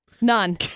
None